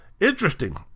Interesting